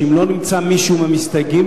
שאם לא נמצא מישהו מהמסתייגים,